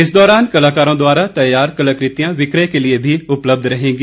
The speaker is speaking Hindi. इस दौरान कलाकारों द्वारा तैयार कलाकृतियां विक्रय के लिए उपलब्ध रहेंगी